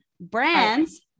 brands